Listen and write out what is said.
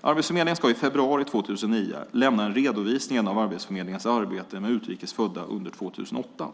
Arbetsförmedlingen ska i februari 2009 avlämna en redovisning av Arbetsförmedlingens arbete med utrikes födda under år 2008.